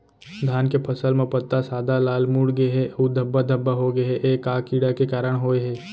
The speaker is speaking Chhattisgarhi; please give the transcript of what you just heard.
धान के फसल म पत्ता सादा, लाल, मुड़ गे हे अऊ धब्बा धब्बा होगे हे, ए का कीड़ा के कारण होय हे?